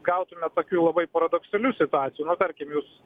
gautume tokių labai paradoksalių situacijų tarkim jūs